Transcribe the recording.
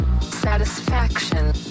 satisfaction